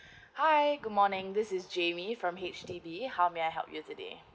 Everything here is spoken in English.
hi good morning this is jamie from H_D_B how may I help you today